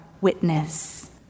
witness